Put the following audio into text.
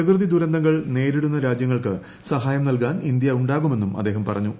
പ്രകൃതി ദുരന്തങ്ങൾ നേരിടുന്ന രാജ്യങ്ങൾക്ക് സഹായം നൽകാൻ ഇന്ത്യ ഉണ്ടാകുമെന്നും അദ്ദേഹം പറഞ്ഞു